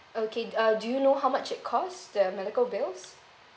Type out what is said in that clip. okay uh do you know how much it cost the medical bills